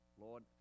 Lord